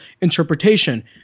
interpretation